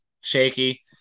shaky